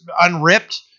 unripped